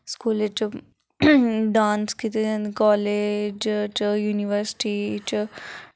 स्कूलें च डांस कीते जंदे कालेज च च युनिवर्सिटी च